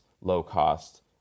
low-cost